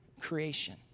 creation